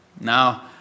Now